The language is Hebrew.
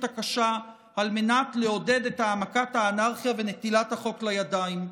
הקשה על מנת לעודד את העמקת האנרכיה ונטילת החוק לידיים.